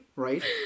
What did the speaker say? right